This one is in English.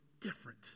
different